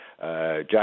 Jack